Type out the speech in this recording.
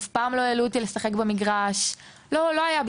אף פעם לא העלו אותי לשחק במגרש והרגשתי שזה לא בשבילי.